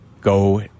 go